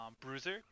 Bruiser